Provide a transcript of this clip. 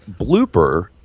blooper